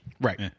Right